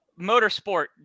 motorsport